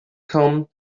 come